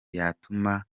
yatuma